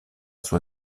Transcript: sua